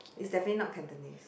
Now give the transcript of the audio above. it's definitely not Cantonese